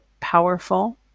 powerful